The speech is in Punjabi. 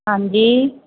ਹਾਂਜੀ